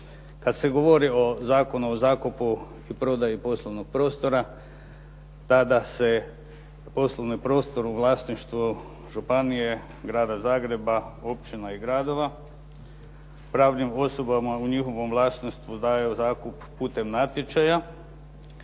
Kada se govori o Zakonu o zakupu i prodaju poslovnog prostora, tada se poslovni prostor u vlasništvu županije, Grada Zagreba, općina i gradova, pravnim osobama u njihovom vlasništvu daju zakup putem natječaja